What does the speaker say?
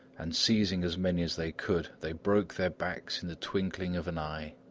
and seizing as many as they could, they broke their backs in the twinkling of an eye.